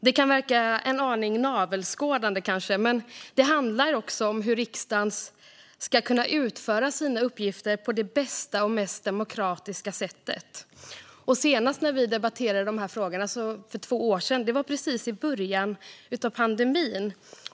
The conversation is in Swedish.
Det kan verka en aning navelskådande, men det handlar också om hur riksdagen ska kunna utföra sina uppgifter på det bästa och mest demokratiska sättet. Senast vi debatterade de här frågorna var för två år sedan, precis i början av pandemin.